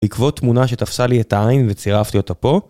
בעקבות תמונה שתפסה לי את העין וצירפתי אותה פה